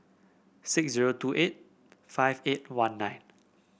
six zero two eight five eight one nine